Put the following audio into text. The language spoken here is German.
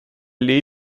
lady